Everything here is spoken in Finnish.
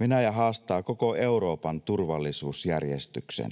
Venäjä haastaa koko Euroopan turvallisuusjärjestyksen.